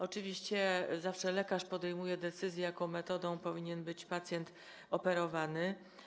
Oczywiście zawsze lekarz podejmuje decyzję, jaką metodą powinien być pacjent operowany.